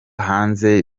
hanze